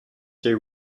they